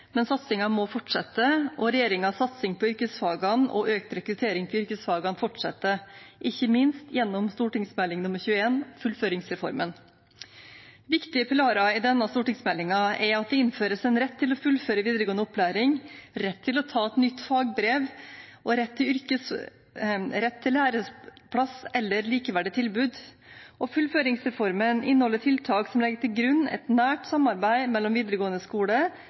men satsingen må fortsette, og regjeringens satsing på yrkesfagene og økt rekruttering til yrkesfagene fortsetter, ikke minst gjennom Meld. St. 21 for 2020–2021 – fullføringsreformen. Viktige pilarer i denne stortingsmeldingen er at det innføres en rett til å fullføre videregående opplæring, rett til å ta et nytt fagbrev og rett til læreplass eller likeverdig tilbud. Fullføringsreformen inneholder tiltak som legger til grunn et nært samarbeid mellom videregående skole,